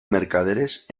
mercaderes